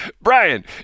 Brian